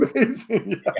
amazing